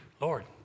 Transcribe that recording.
Lord